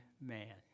man